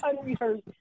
unrehearsed